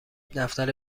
دفتر